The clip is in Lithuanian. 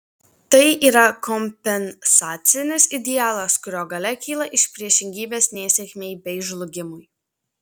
tai yra kompensacinis idealas kurio galia kyla iš priešingybės nesėkmei bei žlugimui